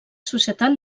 societat